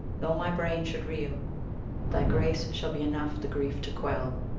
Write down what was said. though my brain should reel thy grace shall be enough the grief to quell,